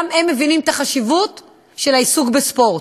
גם הם מבינים את החשיבות של העיסוק בספורט.